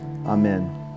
Amen